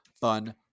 fun